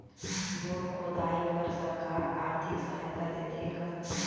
Bore खोदाई बर सरकार आरथिक सहायता देथे का?